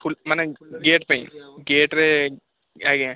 ଫୁ ମାନେ ଗେଟ୍ ପାଇଁ ଗେଟ୍ରେ ଆଜ୍ଞା